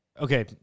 Okay